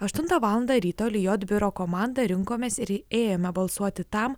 aštuntą valandą ryto lijot biuro komandą rinkomės ir ėjome balsuoti tam